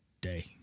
day